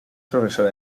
profesora